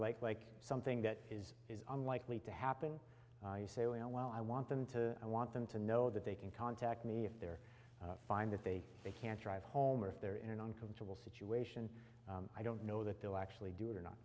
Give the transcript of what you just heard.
like like something that is unlikely to happen you say oh well i want them to i want them to know that they can contact me if they're fine that they can't drive home or if they're in an uncomfortable situation i don't know that they'll actually do it or not